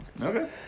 Okay